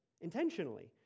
intentionally